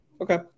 Okay